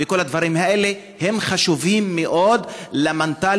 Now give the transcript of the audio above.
כל הדברים האלה הם חשובים מאוד למנטליות